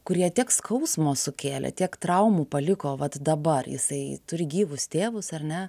kurie tiek skausmo sukėlė tiek traumų paliko vat dabar jisai turi gyvus tėvus ar ne